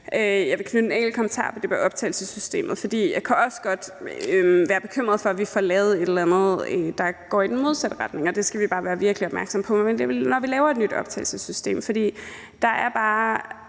jeg vil knytte en enkelt kommentar til det med optagelsessystemet, for jeg kan også godt være bekymret for, at vi får lavet et eller andet, der går i den modsatte retning, og det skal vi bare være virkelig opmærksomme på, når vi laver et nyt optagelsessystem. For der er bare